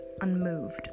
unmoved